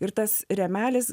ir tas rėmelis